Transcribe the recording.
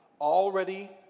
already